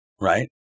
right